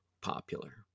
popular